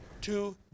two